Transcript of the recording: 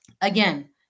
again